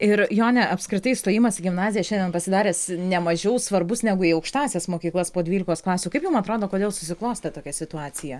ir jone apskritai stojimas į gimnaziją šiandien pasidaręs nemažiau svarbus negu į aukštąsias mokyklas po dvylikos klasių kaip jum atrodo kodėl susiklostė tokia situacija